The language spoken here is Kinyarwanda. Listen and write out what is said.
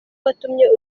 watumye